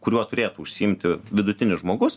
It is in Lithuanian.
kuriuo turėtų užsiimti vidutinis žmogus